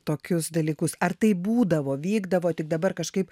tokius dalykus ar tai būdavo vykdavo tik dabar kažkaip